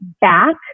back